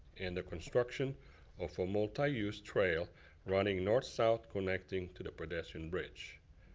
and the construction of a multiuse trail running north-south connecting to the pedestrian bridge.